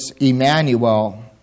Emmanuel